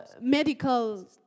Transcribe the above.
medical